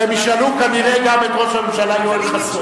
הם ישאלו כנראה גם את ראש הממשלה יואל חסון.